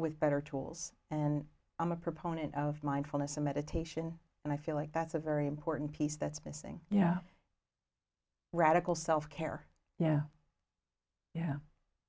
with better tools and i'm a proponent of mindfulness and meditation and i feel like that's a very important piece that's missing yeah radical self care yeah yeah